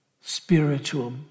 spiritual